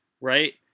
right